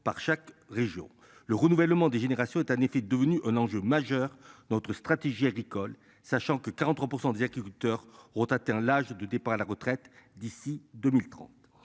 par chaque région le renouvellement des générations est en effet devenu un enjeu majeur de notre stratégie agricole sachant que 43% des agriculteurs ont atteint l'âge de départ à la retraite d'ici 2030,